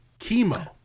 chemo